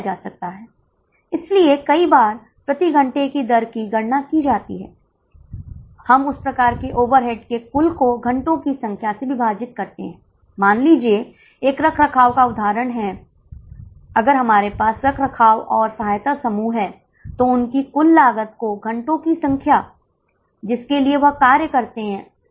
दो तीन अतिरिक्त चीजें हैं जो आप पहले से ही जानते थे कि सम विच्छेद बिंदु की गणना कैसे की जाती है लेकिन इस मामले में हमने देखा है कि विशेष रूप से लागत संरचना रैखिक न होने पर भी कई सम विच्छेद बिंदु हो सकते हैं